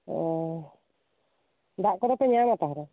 ᱚ ᱫᱟᱜ ᱠᱚᱫᱚ ᱯᱮ ᱧᱟᱢᱟ ᱛᱟᱦᱚᱞᱮ